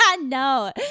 No